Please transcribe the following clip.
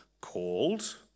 called